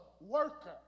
worker